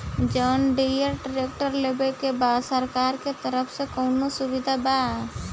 John Deere tractor लेवे के बा सरकार के तरफ से कौनो सुविधा बा?